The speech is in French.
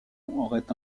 aurait